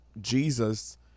jesus